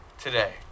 today